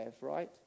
right